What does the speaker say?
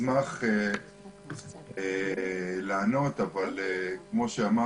אשמח לענות, אבל כמו שאמרתי,